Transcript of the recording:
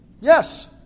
Yes